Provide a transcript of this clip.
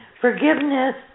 forgiveness